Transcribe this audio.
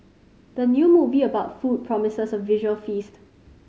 the new movie about food promises a visual feast